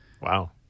Wow